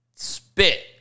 Spit